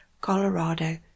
Colorado